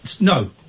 No